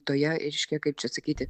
toje reiškia kaip čia sakyti